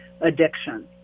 addiction